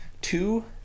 two